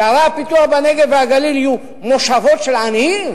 שערי הפיתוח בנגב והגליל יהיו מושבות של עניים?